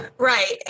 Right